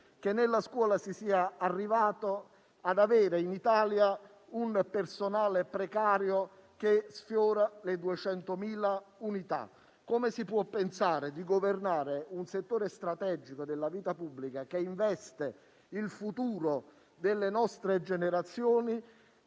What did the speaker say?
che nella scuola si sia arrivati ad avere in Italia un personale precario che sfiora le 200.000 unità. Come si può pensare di governare un settore strategico della vita pubblica che investe il futuro delle nostre generazioni